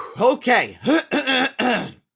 Okay